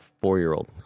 four-year-old